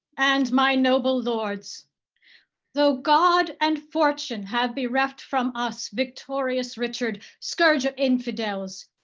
and my noble lords though god and fortune have bereft from us victorious richard, scourge of infidels,